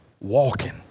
Walking